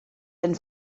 den